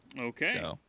Okay